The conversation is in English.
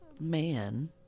man